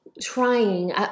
trying